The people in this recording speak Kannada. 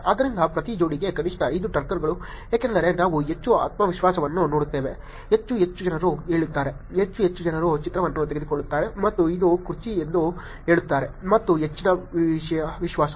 ಆದ್ದರಿಂದ ಪ್ರತಿ ಜೋಡಿಗೆ ಕನಿಷ್ಠ 5 ಟರ್ಕರ್ಗಳು ಏಕೆಂದರೆ ನಾವು ಹೆಚ್ಚು ಆತ್ಮವಿಶ್ವಾಸವನ್ನು ನೋಡುತ್ತೇವೆ ಹೆಚ್ಚು ಹೆಚ್ಚು ಜನರು ಹೇಳುತ್ತಾರೆ ಹೆಚ್ಚು ಹೆಚ್ಚು ಜನರು ಚಿತ್ರವನ್ನು ತೆಗೆದುಕೊಳ್ಳುತ್ತಾರೆ ಮತ್ತು ಇದು ಕುರ್ಚಿ ಎಂದು ಹೇಳುತ್ತಾರೆ ಮತ್ತು ಹೆಚ್ಚಿನ ವಿಶ್ವಾಸ